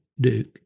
Duke